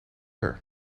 her